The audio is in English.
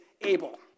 Able